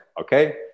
okay